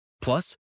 Plus